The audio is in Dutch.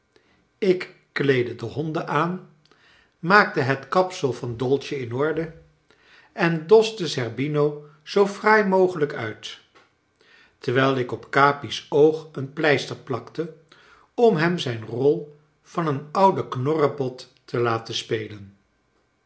ik kleedde de honden aan maakte het kapsel van dolce in orde en doste zerbino zoo fraai mogelijk uit terwijl ik op capi's oog een pleister plakte om hem zijn rol van een ouden knorrepot te laten spelen